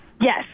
Yes